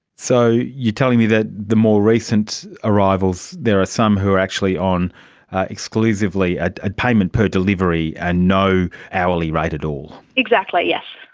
so you're telling me that the more recent arrivals, there are some who are actually on exclusively a payment per delivery and no hourly rate at all? exactly, yes.